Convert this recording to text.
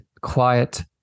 quiet